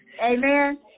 Amen